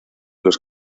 los